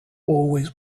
always